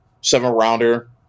seven-rounder